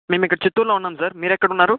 మేమిక్కడ చిత్తూరులో ఉన్నాం సార్ మీరెక్కడున్నారు